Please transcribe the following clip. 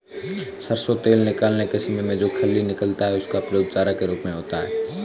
सरसों तेल निकालने के समय में जो खली निकलता है उसका प्रयोग चारा के रूप में होता है